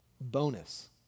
Bonus